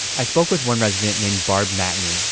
i spoke with one resident named barb matney.